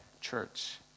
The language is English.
church